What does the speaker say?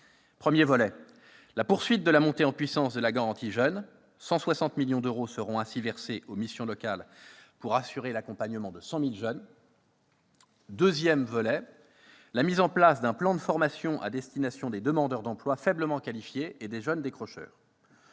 d'une part, la poursuite de la montée en puissance de la garantie jeunes- 160 millions d'euros seront ainsi versés aux missions locales pour assurer l'accompagnement de 100 000 jeunes ; d'autre part, la mise en place d'un plan de formation à destination des demandeurs d'emploi faiblement qualifiés et des jeunes décrocheurs.